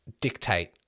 dictate